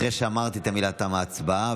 אחרי שאמרתי את המילים "תמה ההצבעה",